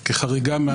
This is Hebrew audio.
כל מה